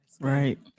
Right